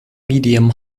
medium